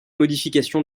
modification